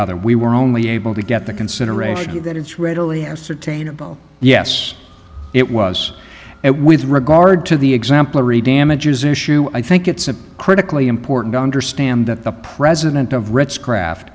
other we were only able to get the consideration that it's readily ascertainable yes it was it with regard to the exemplary damages issue i think it's critically important to understand that the president